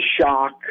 shock